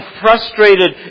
frustrated